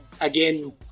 again